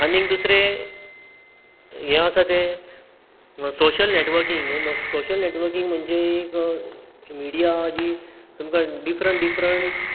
आनी दुसरें हे आसा ते सोशल नेटवर्कींग हे सोशल नेटवर्कींग म्हणजे एक अ मिडीया जी तुमकां डिफरन्ट डिफरन्ट